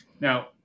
Now